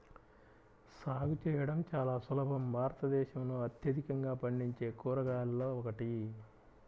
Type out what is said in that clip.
సాగు చేయడం చాలా సులభం భారతదేశంలో అత్యధికంగా పండించే కూరగాయలలో ఒకటి